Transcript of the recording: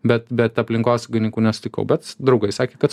bet bet aplinkosaugininkų nesutikau bet draugai sakė kad